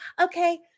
Okay